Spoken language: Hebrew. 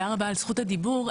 תודה רבה על זכות הדיבור.